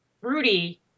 Rudy